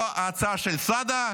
לא ההצעה של סעדה,